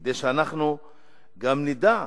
כדי שאנחנו גם נדע,